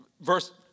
verse